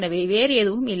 எனவே வேறு எதுவும் இல்லை